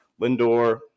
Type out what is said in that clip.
Lindor